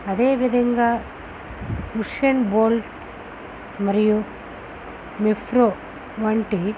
అదే విధంగా Usain Bolt మరియు నెఫ్రో వంటి